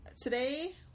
today